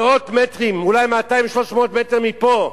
מאות מטרים, אולי 200, 300 מטר מפה,